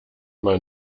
man